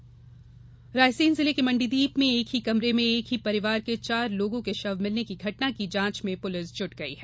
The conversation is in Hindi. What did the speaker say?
मौत रायसेन जिले के मंडीदीप में एक ही कमरे में एक ही परिवार के चार लोगों के शव मिलने की घटना की जांच में पुलिस जुट गई है